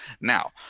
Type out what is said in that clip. now